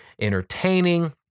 entertaining